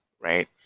right